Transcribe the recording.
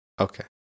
Okay